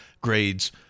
grades